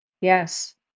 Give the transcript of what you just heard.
Yes